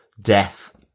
death